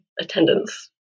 attendance